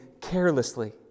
carelessly